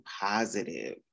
positive